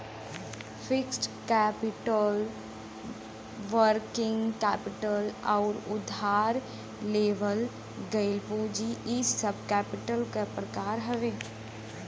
fixed capital working capital आउर उधार लेवल गइल पूंजी इ सब कैपिटल क प्रकार हउवे